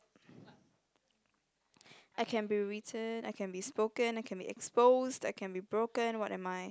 I can be written I can be spoken I can be exposed I can be broken what am I